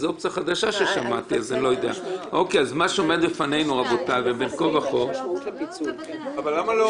מה שעומד בפנינו --- למה לא